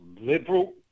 liberal